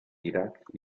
irak